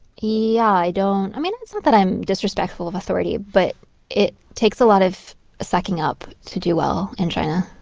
yeah. i don't i mean, it's not that i'm disrespectful of authority. but it takes a lot of sucking up to do well in china.